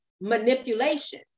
manipulation